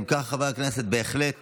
אם כך, חברי הכנסת, בהחלט